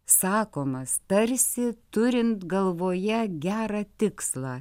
sakomas tarsi turint galvoje gerą tikslą